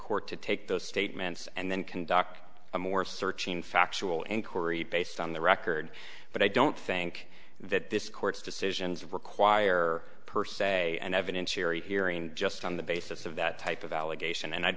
court to take those statements and then conduct a more searching factual and kori based on the record but i don't think that this court's decisions require per se an evidentiary hearing just on the basis of that type of allegation and i'd